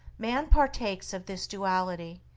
man partakes of this duality,